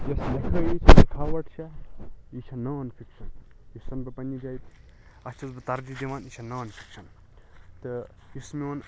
یۄس لیٚکھٲیی چھِ لکھاوٹ چھِ یہِ چھےٚ نان فِکشَن یہِ چھُسَن بہٕ پَننہِ جایہِ اَتھ چھُس بہٕ تَرجیح دِوان یہِ چھَ نان فِکشَن تہٕ یُس میون